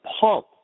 pump